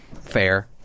fair